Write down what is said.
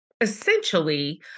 essentially